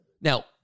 Now